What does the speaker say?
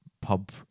pub